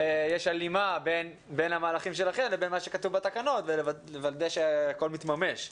יש הלימה בין המהלכים שלכם לבין מה שכתוב בתקנות ולוודא שהכול מתממש.